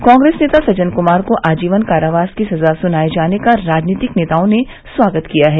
कांग्रेस नेता सज्जन क्मार को आजीवन कारावास की सजा सुनाए जाने का राजनीतिक नेताओं ने स्वागत किया है